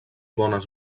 bones